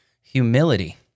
humility